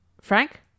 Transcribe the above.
Frank